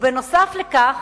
ונוסף על כך